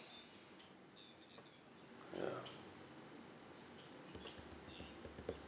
ya